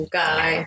guy